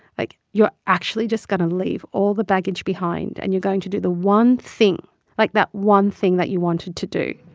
like, you're actually just going to leave all the baggage behind, and you're going to do the one thing like, that one thing that you wanted to do